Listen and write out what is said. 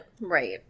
Right